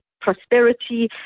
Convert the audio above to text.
prosperity